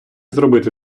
зробити